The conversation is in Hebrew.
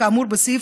כאמור בסעיף